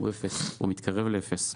או מתקרב לאס.